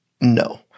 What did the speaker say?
no